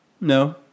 no